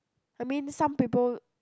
I mean some people